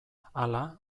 hala